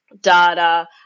data